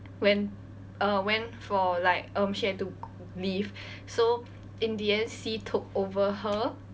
when uh when for like um she had to leave so in the end C took over her